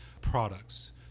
products